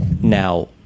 Now